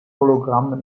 hologramm